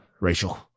Rachel